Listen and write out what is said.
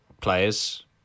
players